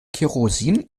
kerosin